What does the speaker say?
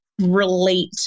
relate